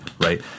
right